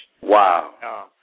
Wow